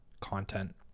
content